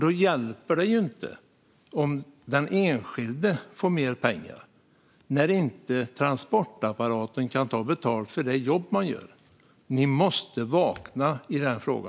Det hjälper inte om den enskilde får mer pengar om transportapparaten inte kan ta betalt för det jobb man gör. Ni måste vakna i denna fråga.